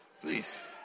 please